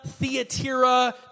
Theatira